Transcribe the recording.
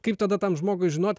kaip tada tam žmogui žinot